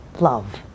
love